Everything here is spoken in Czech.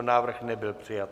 Návrh nebyl přijat.